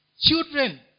Children